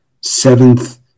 seventh